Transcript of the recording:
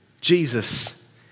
Jesus